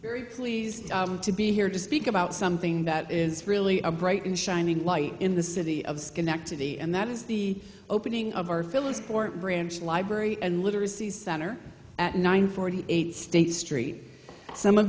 very pleased to be here to speak about something that is really a bright and shining light in the city of schenectady and that is the opening of our phillis port branch library and literacy center at nine forty eight states street some of